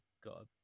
got